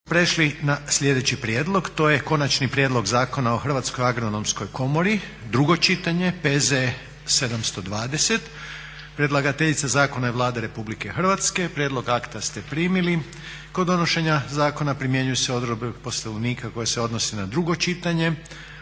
prešli na sljedeći prijedlog. To je: - Konačni prijedlog Zakona o Hrvatskoj agronomskoj komori, drugo čitanje, P.Z. br. 720. Predlagateljica zakona je Vlada RH. Prijedlog akta ste primili. Kod donošenja zakona primjenjuju se odredbe Poslovnika koje se odnose na drugo čitanje.